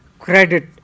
credit